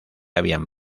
habían